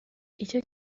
icyo